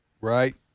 Right